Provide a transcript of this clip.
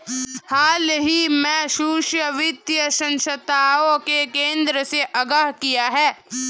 हाल ही में सूक्ष्म वित्त संस्थाओं ने केंद्र से आग्रह किया है